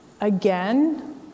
Again